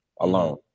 alone